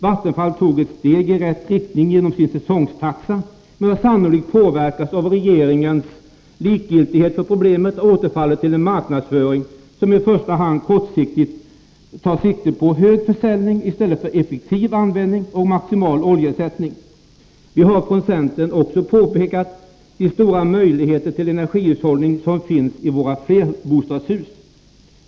Vattenfall tog ett steg i rätt riktning genom sin säsongtaxa, men har sannolikt påverkats av regeringens likgiltighet för problemet och återfallit till en marknadsföring som kortsiktigt tar sikte på i första hand hög försäljning i stället för effektiv användning och maximal oljeersättning. Vi har från centern också pekat på de stora möjligheter till energihushållning som finns i våra flerbostadshus.